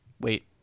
Wait